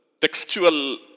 Textual